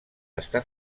està